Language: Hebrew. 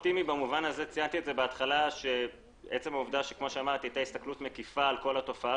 ציינתי בהתחלה שעצם העובדה שהייתה הסתכלות מקיפה על כל התופעה